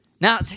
Now